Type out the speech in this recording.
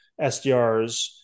SDRs